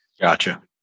Gotcha